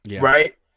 right